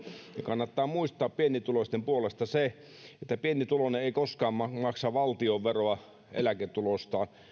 kannattaa muistaa pienituloisten puolesta se että pienituloinen ei koskaan maksa valtionveroa eläketulostaan